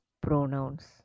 pronouns